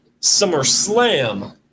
SummerSlam